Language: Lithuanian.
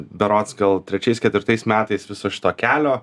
berods gal trečiais ketvirtais metais viso šito kelio